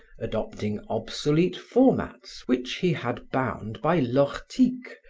adopting obsolete formats which he had bound by lortic,